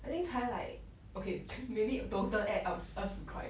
I think 才 like okay maybe total add up 二十块